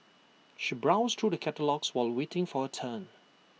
she browsed through the catalogues while waiting for her turn